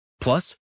Plus